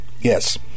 yes